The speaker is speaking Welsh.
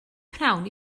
pnawn